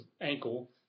ankle